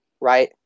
right